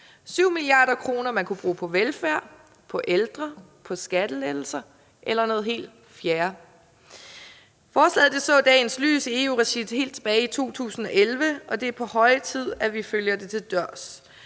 7 mia. kr., man kunne bruge på velfærd, på ældre, på skattelettelser eller på noget helt fjerde. Forslaget så dagens lys i EU-regi helt tilbage i 2011, og der er på høje tid, at vi følger det til dørs.